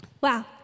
Wow